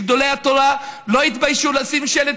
וגדולי התורה לא התביישו לשים שלט,